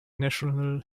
national